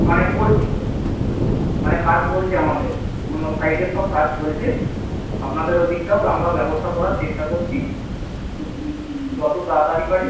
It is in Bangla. মানে করছি মানে কাজ চলছে আমাদের অন্য সাইডে সব কাজ চলছে আপনাদের ওদিকটা আমরা ব্যবস্থা করার চেষ্টা করছি যতো তাড়াতাড়ি পারি